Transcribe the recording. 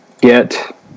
get